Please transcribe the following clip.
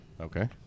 Okay